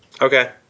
Okay